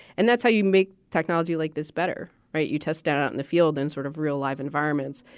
and that's how you make technology like this better, right? you test out in the field and sort of real life environments.